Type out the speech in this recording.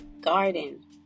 garden